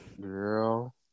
girl